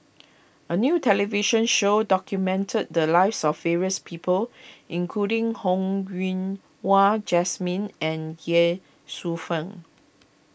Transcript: a new television show documented the lives of various people including Ho Yen Wah Jesmine and Ye Shufang